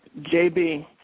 JB